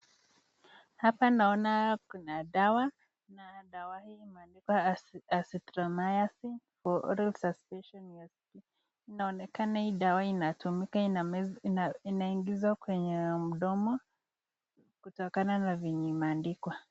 Hapa naona kuna dawa, na dawa hii imeandikwa Azithromycin for oral suspension USP . Inaonekana hii dawa inatumika, inaingizwa kwenye mdomo kutokana na venye imeandikwa.